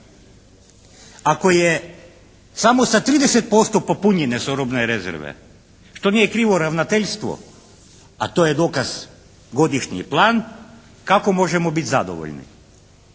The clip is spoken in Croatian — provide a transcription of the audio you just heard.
Ako je samo sa 30%, popunjene su robne rezerve, što nije krivo ravnateljstvo, a to je dokaz godišnji plan, kako možemo biti zadovoljni?